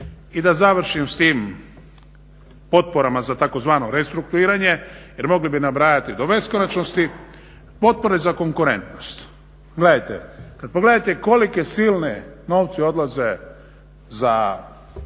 I da završim s tim potporama za tzv. restrukturiranje jer mogli bi nabrajati do beskonačnosti. Potpore za konkurentno, gledajte kada pogledate kolike silne novci odlazi za